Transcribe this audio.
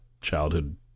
childhood